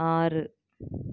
ஆறு